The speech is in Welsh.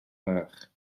bach